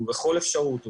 בכל אפשרות,